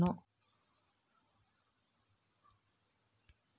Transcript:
ಒಂದು ಇ.ಎಮ್.ಐ ಅಂದ್ರೆ ಅಸಲು ಮತ್ತೆ ಬಡ್ಡಿ ಎರಡು ಸೇರಿರ್ತದೋ ಅಥವಾ ಬರಿ ಬಡ್ಡಿ ಮಾತ್ರನೋ?